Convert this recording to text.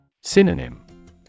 Synonym